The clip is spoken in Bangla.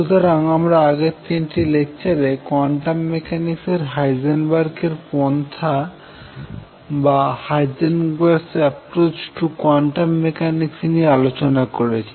সুতরাং আমরা আগের তিনটি লেকচারে কোয়ান্টাম মেকানিক্সে হাইজেনবার্গ এর পন্থা Heisenberg's approach to quantum mechanics নিয়ে আলোচনা করেছি